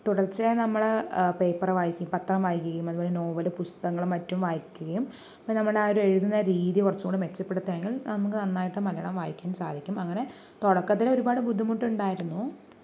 തുടർച്ചയായി നമ്മള് പേപ്പർ വായിക്കുകയും പത്രം വായിക്കുകയും നോവലും പുസ്തകങ്ങളും മറ്റും വായിക്കുകയും ഇപ്പോൾ നമ്മളാരും എഴുതുന്ന രീതി കുറച്ചുംകൂടെ മെച്ചപ്പെടുത്തിയാൽ നമുക്ക് നന്നായിട്ട് മലയാളം വായിക്കാൻ സാധിക്കും അങ്ങനെ തുടക്കത്തില് ഒരുപാട് ബുദ്ധിമുട്ടുണ്ടായിരുന്നു